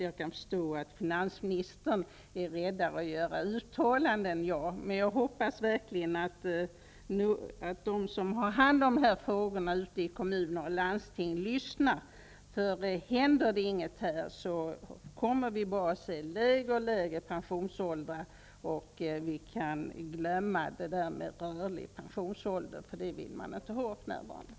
Jag kan förstå att finansministern är mer rädd att göra uttalanden än jag, men jag hoppas verkligen att de som har hand om de här frågorna ute i kommuner och landsting lyssnar. Om det inte händer någonting här, kommer vi bara att få se lägre och lägre pensionsåldrar, och vi kan glömma detta med rörlig pensionsålder. Det vill man inte ha för närvarande.